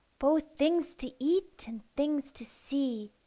both things to eat and things to see,